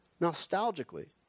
nostalgically